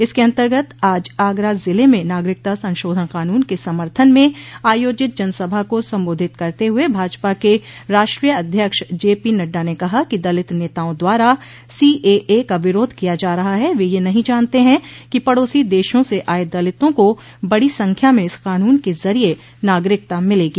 इसके अन्तर्गत आज आगरा जिले म नागरिकता संशोधन कानून के समर्थन में आयोजित जनसभा को संबोधित करते हुए भाजपा के राष्ट्रीय अध्यक्ष जेपी नड्डा ने कहा कि दलित नेताओं द्वारा सीएए का विरोध किया जा रहा है वे यह नहीं जानते हैं कि पड़ोसी देशों से आये दलितों को बड़ी संख्या में इस कानून के जरिये नागरिकता मिलेगी